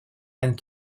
and